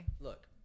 look